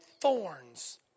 thorns